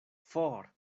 for